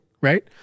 right